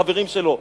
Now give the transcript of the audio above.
חברים שלו,